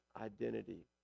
identity